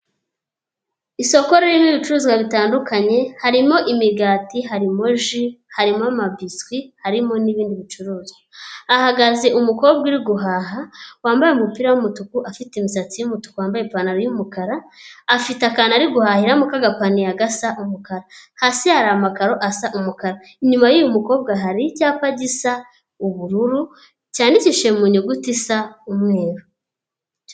Isoko ririmo ibicuruzwa bitandukanye, harimo imigati, harimoji, harimo amabiswi, harimo n'ibindi bicuruzwa. Hagaze umukobwa uri guhaha, wambaye umupira w'umutuku afite imisatsi yumutuku wambaye ipantaro yumukara, afite akanantu ari guhahiramo ka agapaniya, gasa umukara. Hasi hari amakaro asa umukara. Inyuma y'uyu mukobwa hari icyapa gisa ubururu, cyanikishije mu nyuguti isa umweru.